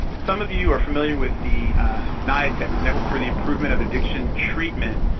some of you are familiar with the niatx, and network for the improvement of addiction treatment.